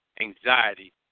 anxiety